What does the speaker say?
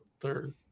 Third